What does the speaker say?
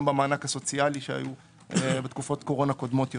במענק הסוציאלי שהיו בתקופות קורונה קודמות יותר.